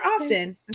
often